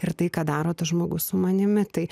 ir tai ką daro tas žmogus su manimi tai